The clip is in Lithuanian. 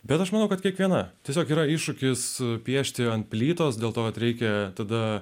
bet aš manau kad kiekviena tiesiog yra iššūkis piešti ant plytos dėl to reikia tada